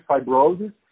fibrosis